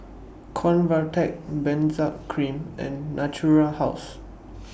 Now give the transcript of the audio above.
Convatec Benzac Cream and Natura House